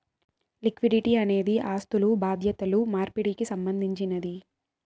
liquidity అనేది ఆస్థులు బాధ్యతలు మార్పిడికి సంబంధించినది